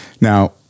now